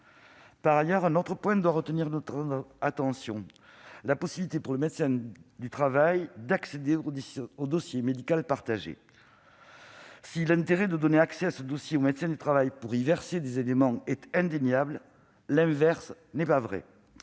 formé. Un autre point doit retenir notre attention : la possibilité pour le médecin du travail d'accéder au dossier médical partagé, le DMP. Si donner accès à ce dossier au médecin du travail pour y verser des éléments présente un intérêt indéniable, l'inverse n'est pas vrai